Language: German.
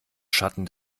schatten